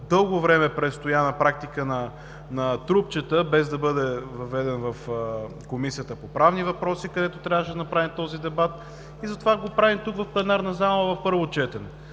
дълго време престоя на практика на трупчета, без да бъде въведен в Комисията по правни въпроси, където трябваше да направим този дебат, и затова го правим тук в пленарната зала на първо четене.